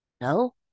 No